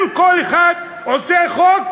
אם כל אחד עושה חוק